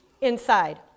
inside